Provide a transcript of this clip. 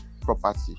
property